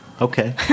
Okay